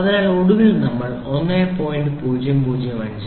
അതിനാൽ ഒടുവിൽ നമ്മൾക്ക് 1